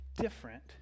different